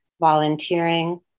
volunteering